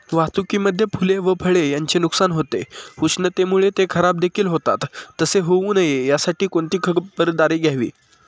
वाहतुकीमध्ये फूले व फळे यांचे नुकसान होते, उष्णतेमुळे ते खराबदेखील होतात तसे होऊ नये यासाठी कोणती खबरदारी घ्यावी?